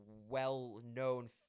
well-known